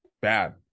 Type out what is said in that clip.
bad